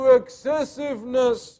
excessiveness